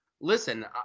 listen